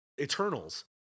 Eternals